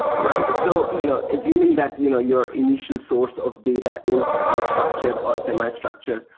right. so you know assuming that you know your initial source of data is unstructured or semi structured,